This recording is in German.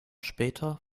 später